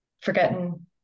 forgetting